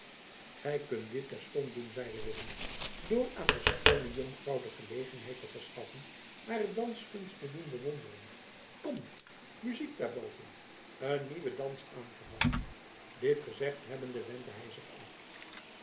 gij kunt dit terstond doen zeide willem door aan de schoone jonkvrouw de gelegenheid te verschaffen hare danskunst te doen bewonderen komt muziek daarboven een nieuwe dans aangevangen dit gezegd hebbende wendde hij zich af